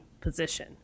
position